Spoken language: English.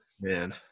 man